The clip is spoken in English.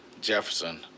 Jefferson